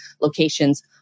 locations